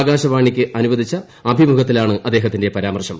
ആകാശവാണിക്ക് അനുവദിച്ച അഭിമുഖത്തിലാണ് അദ്ദേഹത്തിന്റെ പരാമർശം